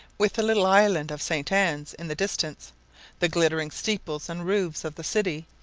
with the little island of st. anne's in the distance the glittering steeples and roofs of the city,